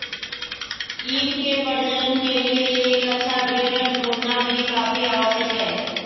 ewe के प्रजनन के लिए एक अच्छा ब्रीडर ढूंढ़ना भी काफी आवश्यक है